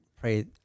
pray